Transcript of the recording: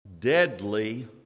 deadly